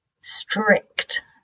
strict